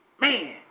man